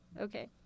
Okay